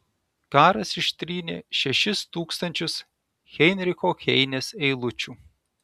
karas ištrynė šešis tūkstančius heinricho heinės eilučių